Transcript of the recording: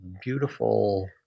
beautiful